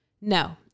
No